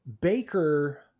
Baker